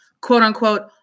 quote-unquote